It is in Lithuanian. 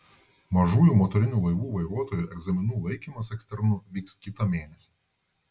mažųjų motorinių laivų vairuotojų egzaminų laikymas eksternu vyks kitą mėnesį